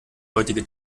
heutige